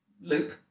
loop